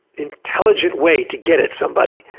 intelligent way to get at somebody,